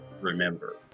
Remember